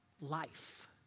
life